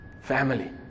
family